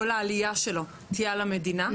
כל העלייה שלו תהיה על המדינה,